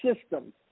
systems